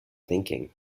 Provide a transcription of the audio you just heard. thinking